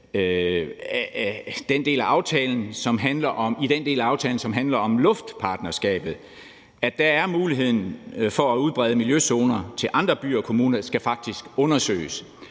i den del af aftalen, som handler om luftpartnerskabet, er vi faktisk blevet enige om, at muligheden for at udbrede miljøzoner til andre byer og kommuner faktisk skal undersøges.